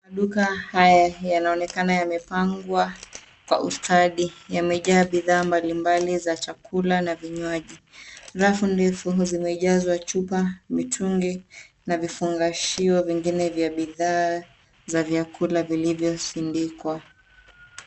Maduka haya yanaoneka yamepangwa kwa ustadi , yamejaa bidhaa mbalimbali za chakula na vinywaji. Rafu ndefu zimejazwa chupa, mitungi na vifungashio vingine vya bidhaa za vyakula vilivyo sindikwa.